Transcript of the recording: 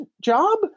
job